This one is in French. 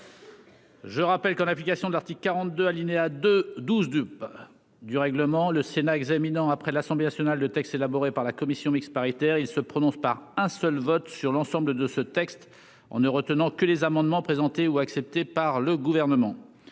Je rappelle que, en application de l'article 42, alinéa 12, du règlement, le Sénat examinant après l'Assemblée nationale le texte élaboré par la commission mixte paritaire, il se prononce par un seul vote sur l'ensemble du texte en ne retenant que les amendements présentés ou acceptés par le Gouvernement.